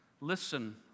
Listen